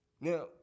now